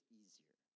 easier